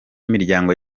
imiryango